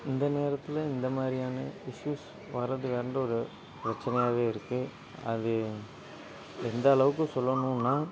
இந்த நேரத்தில் இந்த மாதிரியான இஷ்யூஸ் வரது வந்து ஒரு பிரச்சனையாவே இருக்குது அது எந்த அளவுக்கு சொல்லணுனால்